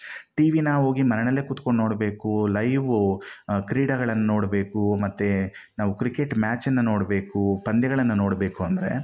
ಟಿವಿನಾ ಹೋಗಿ ಮನೆಯಲ್ಲೇ ಕೂತ್ಕೊಂಡು ನೋಡಬೇಕು ಲೈವ್ ಕ್ರೀಡಗಳನ್ನ ನೋಡಬೇಕು ಮತ್ತು ನಾವು ಕ್ರಿಕೆಟ್ ಮ್ಯಾಚನ್ನ ನೋಡಬೇಕು ಪಂದ್ಯಗಳನ್ನು ನೋಡಬೇಕು ಅಂದರೆ